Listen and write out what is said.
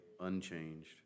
unchanged